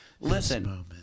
Listen